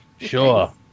Sure